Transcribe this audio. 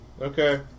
Okay